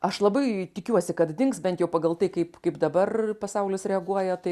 aš labai tikiuosi kad dings bent jau pagal tai kaip kaip dabar pasaulis reaguoja tai